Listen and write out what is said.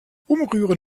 umrühren